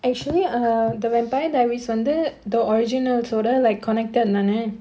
actually uh the vampire diaries வந்து:vandhu the originals ஓட:oda like connected தான:thaana